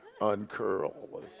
Uncurl